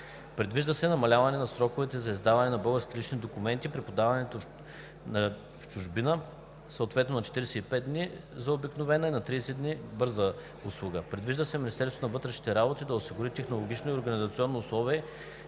Предвижда се намаляване на сроковете за издаване на български лични документи при подадено в чужбина заявление, съответно на 45 дни за обикновена и на 30 дни за бърза услуга. Предвижда се Министерството на вътрешните работи да осигури технологичните и организационните условия